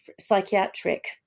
psychiatric